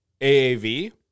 AAV